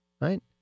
Right